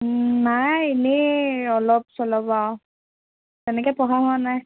নাই এনেই অলপ চলপ আৰু তেনেকৈ পঢ়া হোৱা নাই